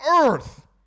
Earth